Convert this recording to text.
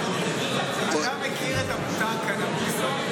אתה מכיר את המותג קנבוסו?